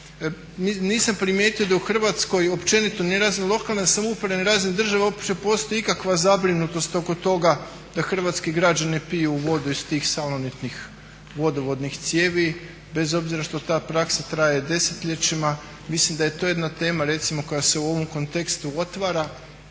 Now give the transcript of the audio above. Nisam primijetio da je u Hrvatskoj općenito ni lokalna samouprava ni razne države uopće postoji ikakva zabrinutost oko toga da hrvatski građani piju vodu iz tih salonitnih vodovodnih cijevi. Bez obzira što ta praksa traje desetljećima mislim da je to jedna tema recimo koja se u ovom kontekstu otvara